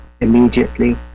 immediately